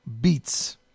Beats